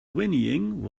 whinnying